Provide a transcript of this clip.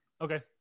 Okay